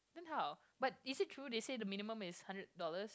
then how but is it true they say the minimum is hundred dollar